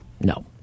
No